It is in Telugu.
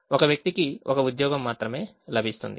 ఒక వ్యక్తికి ఒక ఉద్యోగం మాత్రమే లభిస్తుంది